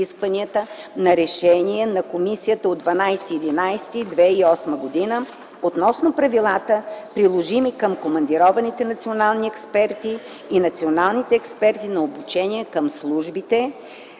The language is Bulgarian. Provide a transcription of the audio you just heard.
на Решение на Комисията от 12.11.2008 г. относно правилата, приложими към командированите национални експерти и националните експерти на обучение към службите